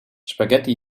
spaghetti